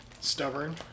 stubborn